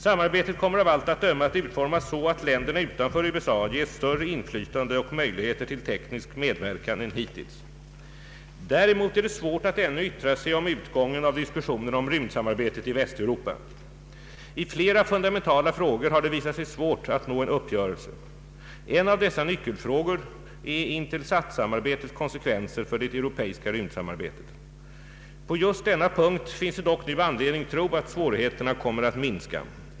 Samarbetet kommer av allt att döma att utformas så att länderna utanför USA ges större inflytande och möjligheter till teknisk medverkan än hittills. Däremot är det svårt att ännu yttra sig om utgången av diskussionerna om rymdsamarbetet i Västeuropa. I flera fundamentala frågor har det visat sig svårt att nå en uppgörelse. En av dessa nyckelfrågor är INTELSAT-samarbetets konsekvenser för det europeiska rymdsamarbetet. På just denna punkt finns det dock nu anledning tro att svårigheterna kommer att minska.